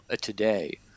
today